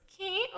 Okay